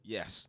Yes